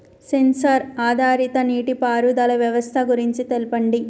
Censor ఆధారిత నీటిపారుదల వ్యవస్థ గురించి తెల్పండి?